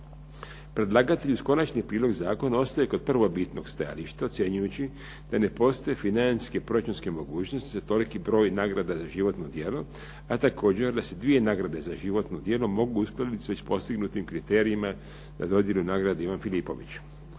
Predlagatelj uz konačni prijedlog zakona ostaje kod prvobitnog stajališta, ocjenjujući da ne postoje financijske proračunske mogućnosti za toliki broj nagrada za životno djelo, a također da se dvije nagrade za životno djelo mogu uskladit s već postignutim kriterijima za dodjelu "Nagrade Ivan Filipović".